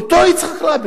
אותו יצחק רבין.